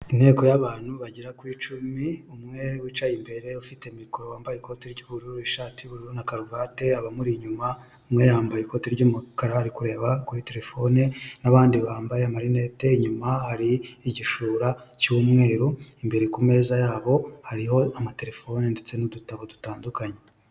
Inteko y'abantu bagera ku icumi, umwe wicaye imbere ufite mikoro wambaye ikoti ry'ubururu, ishati y'ubururu na karuvate, abamuri inyuma, umwe yambaye ikoti ry'umukara ari kureba kuri telefone, n'abandi bambaye amarinete, inyuma hari igishura cy'umweru, imbere ku meza yabo hariho amatelefone ndetse n'udutabo dutandukanye.